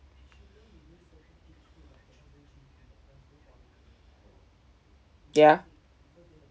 ya